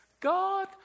God